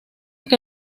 que